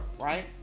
right